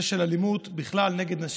הנושא של אלימות נגד נשים,